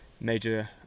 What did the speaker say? major